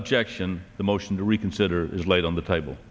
objection the motion to reconsider is laid on the table